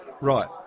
Right